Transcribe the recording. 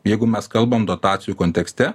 jeigu mes kalbam dotacijų kontekste